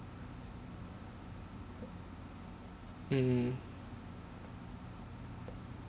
mm